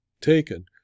taken